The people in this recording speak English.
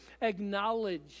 acknowledge